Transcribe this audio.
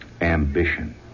ambition